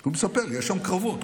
הוא מספר לי: יש שם קרבות,